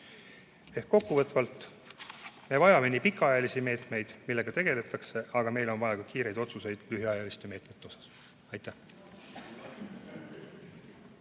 Ehk kokku võttes: me vajame pikaajalisi meetmeid, millega tegeldakse, aga meil on vaja ka kiireid otsuseid lühiajaliste meetmete kohta. Aitäh!